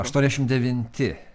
aštuoniašim devinti